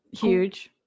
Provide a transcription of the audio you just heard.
huge